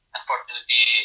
Unfortunately